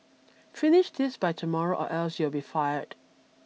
finish this by tomorrow or else you'll be fired